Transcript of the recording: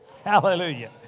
Hallelujah